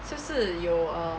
是不是有 err